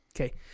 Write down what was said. Okay